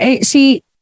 see